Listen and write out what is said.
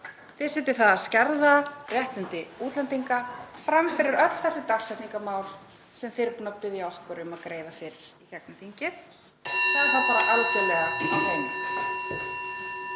Þið setjið það að skerða réttindi útlendinga fram fyrir öll þessi dagsetningarmál sem þið eruð búin að biðja okkur um að greiða fyrir í þinginu. (Forseti hringir.) Það er þá bara algerlega á hreinu.